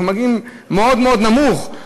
אנחנו מגיעים מאוד מאוד נמוך,